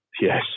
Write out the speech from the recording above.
Yes